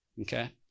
okay